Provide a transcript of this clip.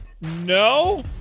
No